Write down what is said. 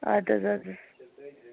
اَدٕ حظ اَدٕ حظ